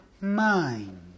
mind